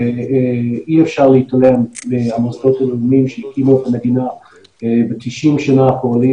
אי אפשר להתעלם מהמוסדות הלאומיים שהקימו את המדינה ב-90 השנה האחרונות